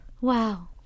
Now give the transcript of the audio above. wow